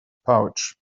pouch